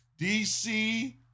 DC